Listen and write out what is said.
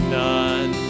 none